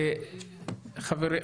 לקחנו את זה לקרוא את זה היום.